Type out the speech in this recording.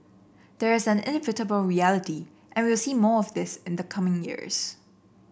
there is an inevitable reality and we'll see more of this in the coming years